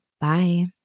Bye